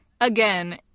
again